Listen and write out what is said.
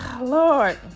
lord